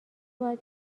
باید